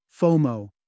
FOMO